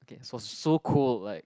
okay so so cold like